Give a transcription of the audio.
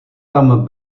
tam